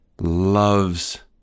loves